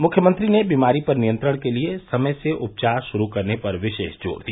मुख्यमंत्री ने बीमारी पर नियंत्रण के लिए समय से उपचार शुरू करने पर विशेष जोर दिया